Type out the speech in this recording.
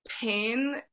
pain